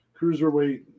cruiserweight